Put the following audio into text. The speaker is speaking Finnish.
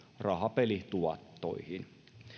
rahapelituottoihin